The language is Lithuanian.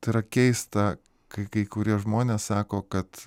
tai yra keista kai kai kurie žmonės sako kad